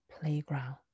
playground